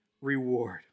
reward